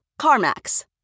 CarMax